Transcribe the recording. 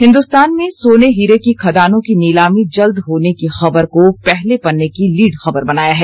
हिन्दुस्तान में सोने हीरे की खदानों की नीलामी जल्द होने की खबर को पहले पन्ने की लीड खबर बनाया है